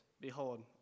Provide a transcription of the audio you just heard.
Behold